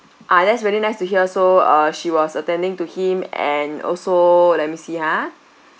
ah that's really nice to hear so uh she was attending to him and also let me see ha